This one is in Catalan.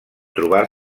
trobar